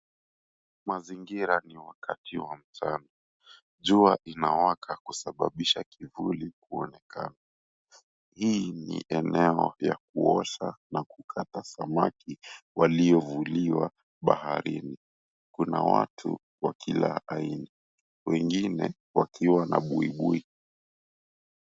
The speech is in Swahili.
Mazingira ni wakati wa mchana jua inawaka kusababisha kivuli kuonekana. Hii ni eneo ya kuosha na kukata samaki waliovuliwa baharini, kuna watu wakila aina wengine wakiwa na buibui.